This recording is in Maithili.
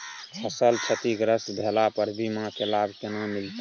फसल क्षतिग्रस्त भेला पर बीमा के लाभ केना मिलत?